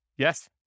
Yes